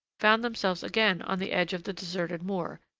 found themselves again on the edge of the deserted moor,